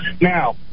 Now